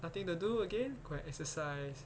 nothing to do again go and exercise